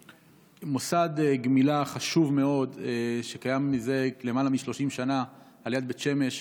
במוסד גמילה חשוב מאוד שקיים זה למעלה מ-30 שנה ליד בית שמש,